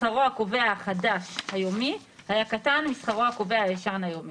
שכרו הקובע החדש היומי היה קטן משכרו הקובע הישן היומי.